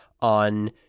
on